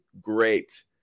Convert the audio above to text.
great